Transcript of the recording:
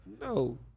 No